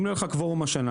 אם לא יהיה לך קוורום השנה?